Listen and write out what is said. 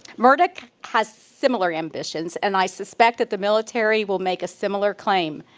murdoch has similar ambitions. and i suspect that the military will make a similar claim.